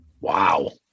Wow